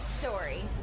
story